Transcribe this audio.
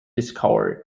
discovered